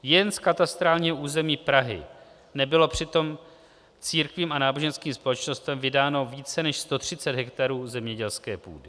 Jen z katastrálního území Prahy nebylo přitom církvím a náboženským společnostem vydáno více než 130 hektarů zemědělské půdy.